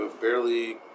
barely